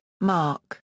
Mark